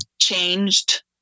changed